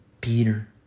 Peter